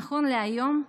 נכון להיום,